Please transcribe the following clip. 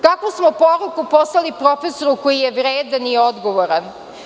Kakvu smo poruku poslali profesoru koji je vredan i odgovoran?